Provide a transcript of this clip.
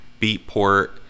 Beatport